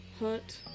...hurt